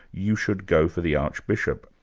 you should go for the archbishop.